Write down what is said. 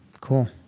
Cool